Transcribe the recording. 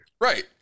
right